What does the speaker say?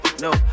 No